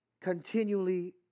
continually